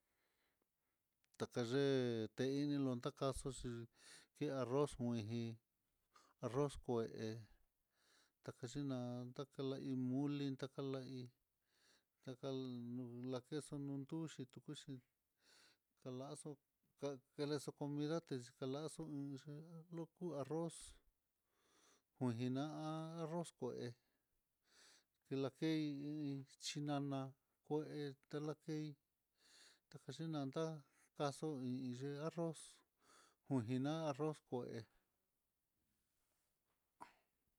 Takaye teini lontaxo xhí ki arroz kuiji, arroz kué, takaxhinan tani iin moli takalahí taka lakexu nunduxito, kuxhin lazo ke exo comida te lazon nix uku arroz, kujina'a arroz kué, kilakey chinana kué telakei takaxhinata, kaxo i iin arroz kujina arroz kué.